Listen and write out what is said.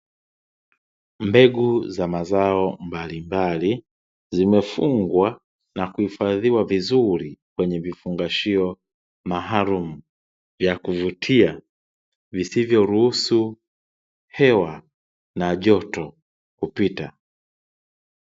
Mbegu za mazao mbalimbali zimefungwa na kuhifadhiwa vizuri kwenye vifungashio maalumu vya kuvutia, visivyoruhusu hewa na joto kupita.